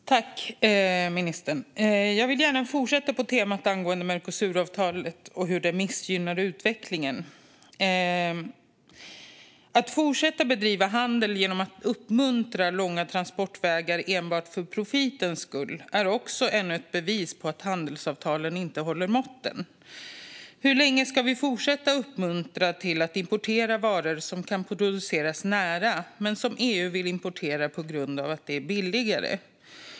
Fru talman! Tack, ministern! Jag vill gärna fortsätta på temat hur Mercosuravtalet missgynnar utvecklingen. Att fortsätta bedriva handel genom att uppmuntra långa transportvägar enbart för profitens skull är ännu ett bevis på att handelsavtalen inte håller måttet. Hur länge ska vi fortsätta att uppmuntra till import av varor som kan produceras nära men som EU vill importera på grund av det är billigare?